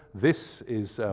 this is